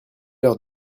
heure